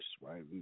right